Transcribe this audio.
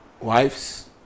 Wives